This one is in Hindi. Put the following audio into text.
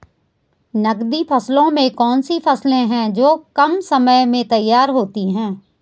नकदी फसलों में कौन सी फसलें है जो कम समय में तैयार होती हैं?